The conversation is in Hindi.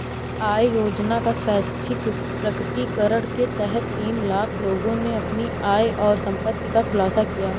आय योजना का स्वैच्छिक प्रकटीकरण के तहत तीन लाख लोगों ने अपनी आय और संपत्ति का खुलासा किया